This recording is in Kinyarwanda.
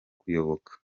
kuyoboka